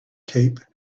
cape